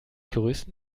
größten